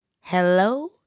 hello